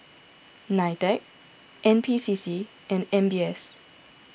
Nitec N P C C and M B S